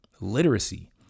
literacy